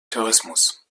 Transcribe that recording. tourismus